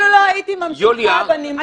--- אני אפילו לא הייתי ממשיכה בנימוק.